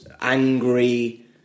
angry